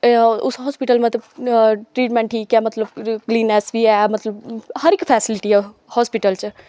एह् ऐ उस हास्पिटल मतलब ट्रीटमेंट ठीक ऐ मतलब क्लीननस बी ऐ मतलब हर इक फैसीलिटी ऐ हास्पिटल च